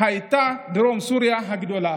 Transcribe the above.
הייתה דרום סוריה הגדולה.